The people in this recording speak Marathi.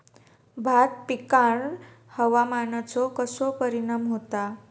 भात पिकांर हवामानाचो कसो परिणाम होता?